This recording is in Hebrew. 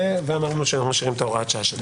ואמרנו שאנחנו משאירים את הוראת השעה.